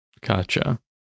Gotcha